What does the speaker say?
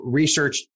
research